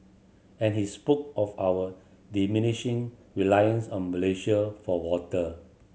and he spoke of our diminishing reliance on Malaysia for water